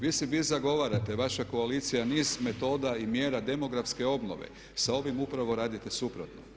Vi zagovarate, vaša koalicija niz metoda i mjera demografske obnove, sa ovim upravo radite suprotno.